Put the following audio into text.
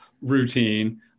routine